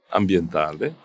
ambientale